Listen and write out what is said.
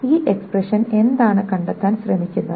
ഈ എക്സ്പ്രെഷൻ എന്താണ് കണ്ടെത്താൻ ശ്രമിക്കുന്നത്